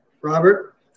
Robert